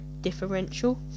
differential